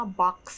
box